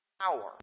power